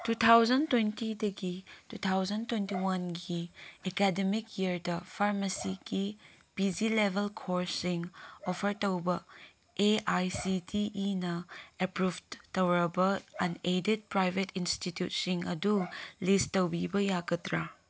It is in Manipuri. ꯇꯨ ꯊꯥꯎꯖꯟ ꯇ꯭ꯋꯦꯟꯇꯤꯗꯒꯤ ꯇꯨ ꯊꯥꯎꯖꯟ ꯇ꯭ꯋꯦꯟꯇꯤ ꯋꯥꯟꯒꯤ ꯑꯦꯀꯥꯗꯃꯤꯛ ꯏꯌꯥꯔꯗ ꯐꯥꯔꯃꯥꯁꯤꯒꯤ ꯄꯤ ꯖꯤ ꯂꯦꯕꯦꯜ ꯀꯣꯔꯁꯁꯤꯡ ꯑꯣꯐꯔ ꯇꯧꯕ ꯑꯦ ꯑꯥꯏ ꯁꯤ ꯇꯤ ꯏꯅ ꯑꯦꯄ꯭ꯔꯨꯐ ꯇꯧꯔꯕ ꯑꯟꯑꯦꯗꯦꯗ ꯄ꯭ꯔꯥꯏꯕꯦꯠ ꯏꯟꯁꯇꯤꯇ꯭ꯌꯨꯠꯁꯤꯡ ꯑꯗꯨ ꯂꯤꯁ ꯇꯧꯕꯤꯕ ꯌꯥꯒꯗ꯭ꯔꯥ